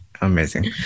Amazing